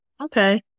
Okay